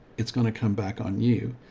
it's going to come back on you.